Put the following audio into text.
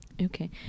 Okay